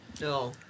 No